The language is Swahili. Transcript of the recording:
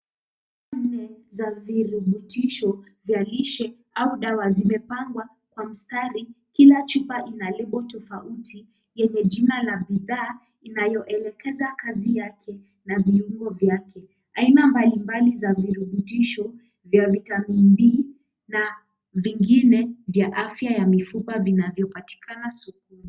Nne za virutubishi au dawa zimepangwa kwa mstari, kila chupa ina lebo tofauti yenye jina la bidhaa linaloelekeza kazi yake na viungo vyake. Aina mbalimbali za virutubisho vya vitamini D na vingine vya afya ya mifupa vinavyopatikana sokoni.